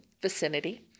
vicinity